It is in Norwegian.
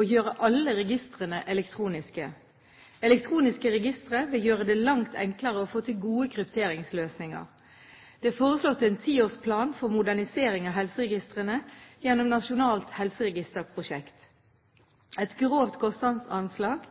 å gjøre alle registrene elektroniske. Elektroniske registre vil gjøre det langt enklere å få til gode krypteringsløsninger. Det er foreslått en tiårsplan for modernisering av helseregistrene gjennom Nasjonalt helseregisterprosjekt. Et grovt kostnadsanslag